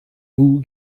vous